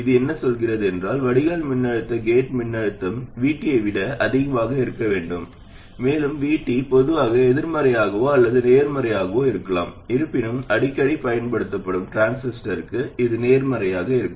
இது என்ன சொல்கிறது என்றால் வடிகால் மின்னழுத்தம் கேட் மின்னழுத்தம் கழித்தல் VT ஐ விட அதிகமாக இருக்க வேண்டும் மேலும் VT பொதுவாக எதிர்மறையாகவோ அல்லது நேர்மறையாகவோ இருக்கலாம் இருப்பினும் அடிக்கடி பயன்படுத்தப்படும் டிரான்சிஸ்டருக்கு இது நேர்மறையாக இருக்கும்